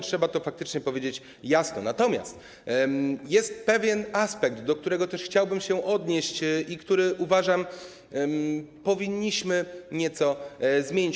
Trzeba to faktycznie powiedzieć jasno, natomiast jest pewien aspekt, do którego też chciałbym się odnieść i który, uważam, powinniśmy nieco zmienić.